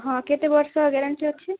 ହଁ କେତେ ବର୍ଷ ଗ୍ୟାରେଣ୍ଟି ଅଛି